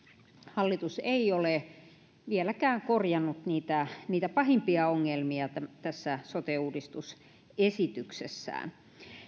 hallitus ei ole vieläkään korjannut niitä niitä pahimpia ongelmia tässä sote uudistusesityksessään